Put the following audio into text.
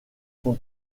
sont